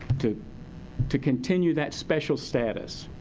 to to continue that special status.